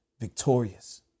victorious